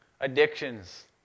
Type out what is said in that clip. Addictions